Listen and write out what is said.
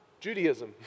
Judaism